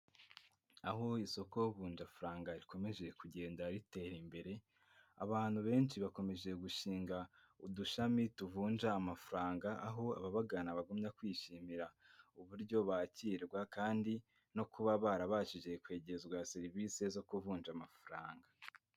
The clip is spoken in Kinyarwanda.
Aho isoko vunja faranga rikomeje kugenda ritera imbere, abantu benshi bakomeje gushinga udushami tuvunja amafaranga aho ababagana bagumya kwishimira uburyo bakirwa, kandi no kuba barabashije kwegerezwa serivisi zo kuvunja amafaranga.